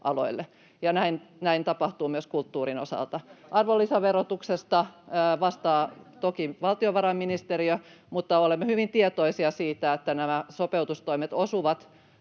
aloille — ja näin tapahtuu myös kulttuurin osalta. Arvonlisäverotuksesta vastaa toki valtiovarainministeriö, mutta olemme hyvin tietoisia siitä, että nämä sopeutustoimet osuvat